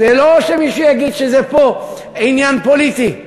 זה לא שמישהו יגיד שזה פה עניין פוליטי: